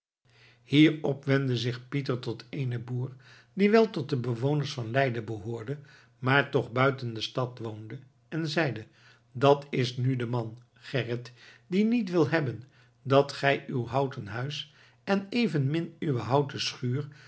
hierop wendde zich pieter tot eenen boer die wel tot de bewoners van leiden behoorde maar toch buiten de stad woonde en zeide dat is nu de man gerrit die niet wil hebben dat gij uw houten huis en evenmin uwe houten schuur